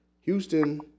Houston